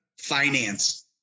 finance